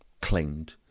claimed